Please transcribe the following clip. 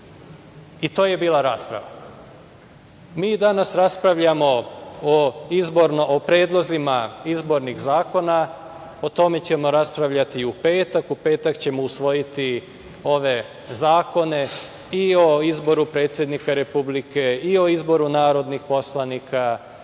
I to je bila rasprava. Mi danas raspravljamo o predlozima izbornih zakona, o tome ćemo raspravljati i u petak, u petak ćemo usvojiti ove zakone i o izboru predsednika Republike i o izboru narodnih poslanika i